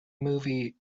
movie